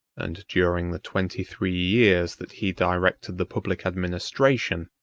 and, during the twenty-three years that he directed the public administration,